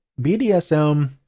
BDSM